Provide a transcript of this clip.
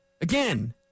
Again